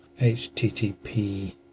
http